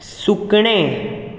सुकणें